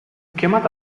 chiamata